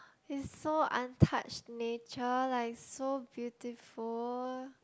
it's so untouched nature like so beautiful